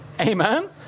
amen